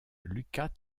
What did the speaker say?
lucas